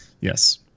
Yes